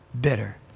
bitter